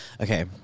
okay